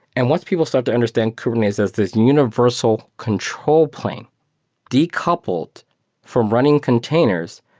and once people start to understand kubernetes as this universal control plane decoupled from running containers,